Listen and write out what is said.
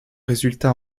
résultat